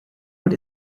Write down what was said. what